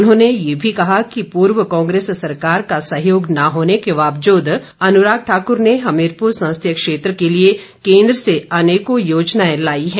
उन्होंने ये भी कहा कि पूर्व कांग्रेस सरकार का सहयोग न होने के बावजूद अनुराग ठाक्र ने हमीरपुर संसदीय क्षेत्र के लिए केन्द्र से अनेकों योजनाएं लाई हैं